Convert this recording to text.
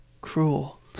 cruel